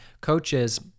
coaches